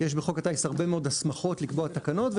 יש בחוק הטיס הרבה מאוד הסמכות לקבוע תקנות,